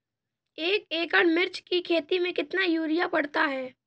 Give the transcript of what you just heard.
एक एकड़ मिर्च की खेती में कितना यूरिया पड़ता है?